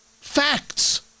Facts